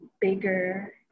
bigger